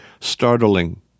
startling